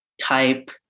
type